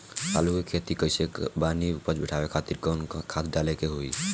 आलू के खेती कइले बानी उपज बढ़ावे खातिर कवन खाद डाले के होई?